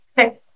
Okay